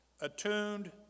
attuned